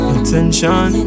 Attention